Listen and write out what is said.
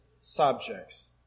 subjects